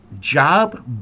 job